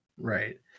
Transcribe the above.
Right